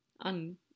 On